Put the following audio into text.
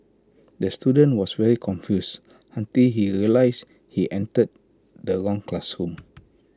the student was very confused until he realised he entered the wrong classroom